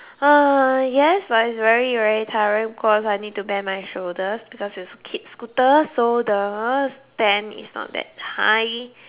uh yes but it's very very tiring because I need to bend my shoulders cause it's kid scooter so the bend is not that high